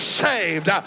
saved